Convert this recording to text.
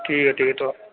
ٹھیک ہے ٹھیک ہے تو